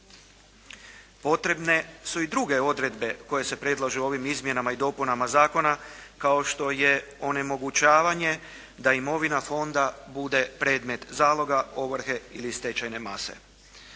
Potrebne su i druge odredbe koje se predlažu ovim izmjenama i dopunama zakona kao što je onemogućavanje da imovina fonda bude predmet zaloga, ovrhe ili stečajne mase.